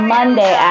Monday